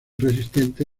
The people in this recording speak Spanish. resistente